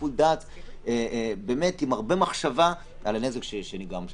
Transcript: בשיקול דעת עם הרבה מחשבה על הנזק שנגרם לעיר.